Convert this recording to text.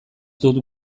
dut